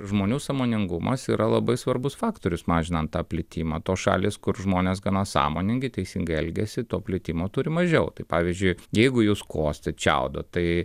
žmonių sąmoningumas yra labai svarbus faktorius mažinant tą plitimą tos šalys kur žmonės gana sąmoningi teisingai elgiasi to plitimo turi mažiau tai pavyzdžiui jeigu jūs kostit čiaudot tai